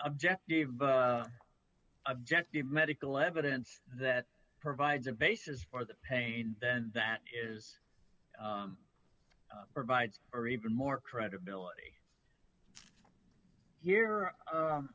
objective objective medical evidence that provides a basis for the pain then that is provide or even more credibility here